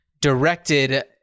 directed